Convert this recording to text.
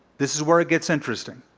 this is where it gets interesting.